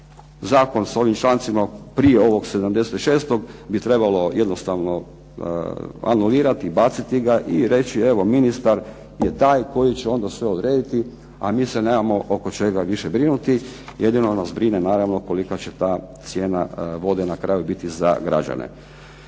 Zakon s ovim člancima prije ovog 76. bi trebalo jednostavno anulirati, baciti ga i reći evo ministar je taj koji će onda sve odrediti, a mi se nemamo oko čega više brinuti. Jedino nas brine naravno kolika će ta cijena vode na kraju biti za građane.